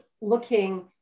looking